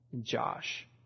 Josh